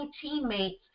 teammates